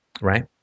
right